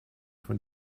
von